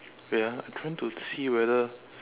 wait ah I trying to see whether